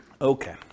okay